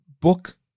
book